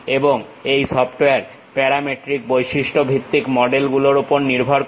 এবং এই software parametric বৈশিষ্ট্য ভিত্তিক মডেল গুলোর উপর নির্ভর করে